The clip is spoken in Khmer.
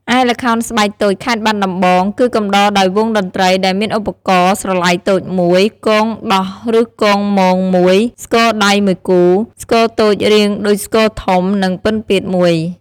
ឯល្ខោនស្បែកតូចខេត្តបាត់ដំបង គឺកំដរដោយវង់តន្ត្រី ដែលមានឧបករណ៍ស្រឡៃតូច១ គងដោះឬគងម៉ង់១ ស្គរដៃ១គូ ស្គរតូចរាងដូចស្គរធំ និងពិណពាទ្យ១ ។